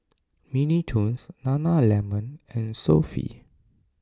Mini Toons Nana Lemon and Sofy